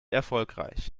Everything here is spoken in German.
erfolgreich